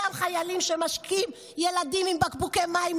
אותם חיילים שמשקים ילדים עם בקבוקי מים,